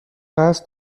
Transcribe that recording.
قصد